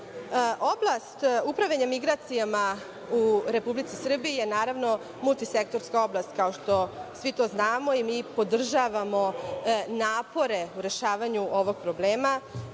upravljanja migracijama u Republici Srbiji je, naravno, multisektorska oblast, kao što svi to znamo, i mi podržavamo napore u rešavanju ovog problema.